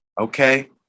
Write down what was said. Okay